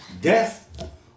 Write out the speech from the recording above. death